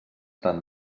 tant